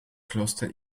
kloster